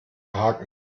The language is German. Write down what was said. haken